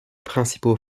principaux